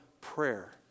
prayer